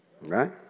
Right